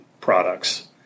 products